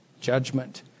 judgment